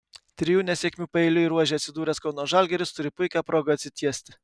trijų nesėkmių paeiliui ruože atsidūręs kauno žalgiris turi puikią progą atsitiesti